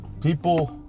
people